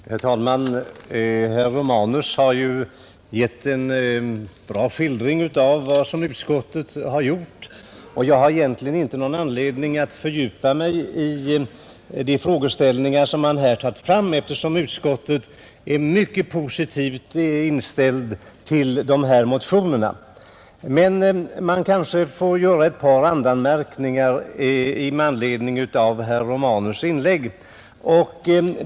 Herr talman! Herr Romanus har ju gett en bra skildring av vad utskottet har gjort, och jag har egentligen inte någon anledning att fördjupa mig i de frågeställningar som här förts fram, eftersom utskottet är mycket positivt inställt till motionerna. Men jag kanske får göra ett par randanmärkningar med anledning av herr Romanus” inlägg.